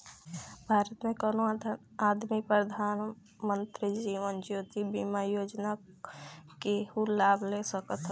भारत के कवनो आदमी प्रधानमंत्री जीवन ज्योति बीमा योजना कअ लाभ ले सकत हवे